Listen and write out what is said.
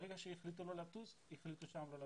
ברגע שהחליטו לא לטוס גם שם החליטו לא לטוס,